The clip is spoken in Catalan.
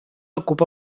ocupa